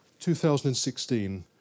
2016